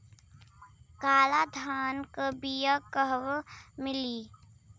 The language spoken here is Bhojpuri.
काला धान क बिया कहवा मिली?